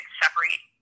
separate